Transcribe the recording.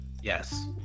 Yes